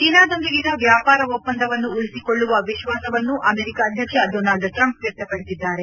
ಚೀನಾದೊಂದಿಗಿನ ವ್ಯಾಪಾರ ಒಪ್ಪಂದವನ್ನು ಉಳಿಸಿಕೊಳ್ಳುವ ವಿಶ್ವಾಸವನ್ನು ಅಮೆರಿಕಾ ಅಧ್ವಕ್ಷ ಡೋನಾಲ್ಡ್ ಟ್ರಂಪ್ ವ್ಯಕ್ತಪಡಿಸಿದ್ದಾರೆ